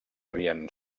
havien